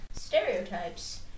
Stereotypes